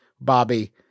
Bobby